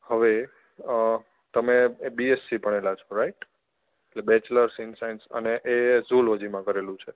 હવે તમે બીએસસી ભણેલા છો રાઇટ એટલે બેચલર સીન સાઇન્સ અને એ ઝૂઓલોજીમાં કરેલું છે